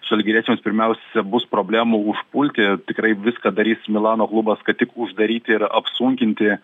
žalgiriečiams pirmiausia bus problemų užpulti tikrai viską darys milano klubas kad tik uždaryti ir apsunkinti